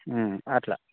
అట్లా